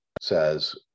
says